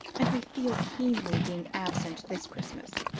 and we feel keenly being absent this christmas.